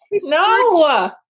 No